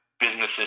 businesses